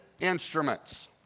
instruments